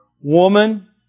Woman